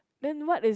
then what is